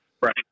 Right